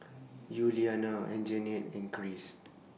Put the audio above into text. Yuliana Anjanette and Kris